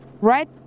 right